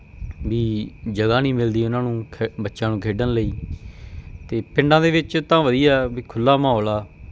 ਵੀ ਜਗ੍ਹਾ ਨਹੀਂ ਮਿਲਦੀ ਉਹਨਾਂ ਨੂੰ ਖ ਬੱਚਿਆਂ ਨੂੰ ਖੇਡਣ ਲਈ ਅਤੇ ਪਿੰਡਾਂ ਦੇ ਵਿੱਚ ਤਾਂ ਵਧੀਆ ਵੀ ਖੁੱਲ੍ਹਾ ਮਾਹੌਲ ਆ